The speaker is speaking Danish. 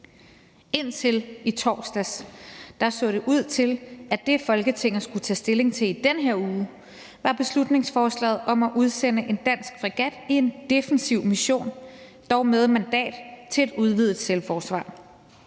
Indtil i torsdags så det ud til, at det, Folketinget skulle tage stilling til i den her uge, var beslutningsforslaget om at udsende en dansk fregat i en defensiv mission, dog med mandat til et udvidet selvforsvar,